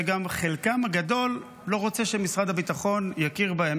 וגם חלקם הגדול לא רוצה שמשרד הביטחון יכיר בהם.